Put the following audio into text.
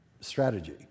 strategy